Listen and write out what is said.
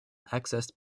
accessed